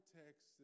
text